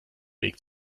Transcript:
weg